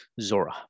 Zora